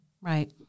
Right